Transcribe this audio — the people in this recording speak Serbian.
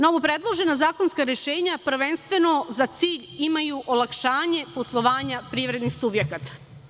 Novopredložena zakonska rešenja prvenstveno za cilj imaju olakšanje poslovanja privrednih subjekata.